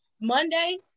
Monday